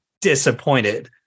disappointed